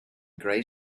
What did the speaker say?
gray